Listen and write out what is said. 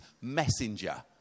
messenger